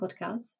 Podcast